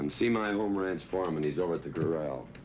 and see my home ranch foreman. he's over at the corral.